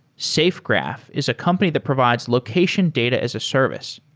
safegraph is a company that provides location data as a service.